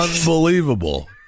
unbelievable